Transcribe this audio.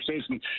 season